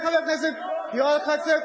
חבר הכנסת יואל חסון,